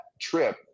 trip